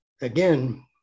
again